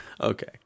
Okay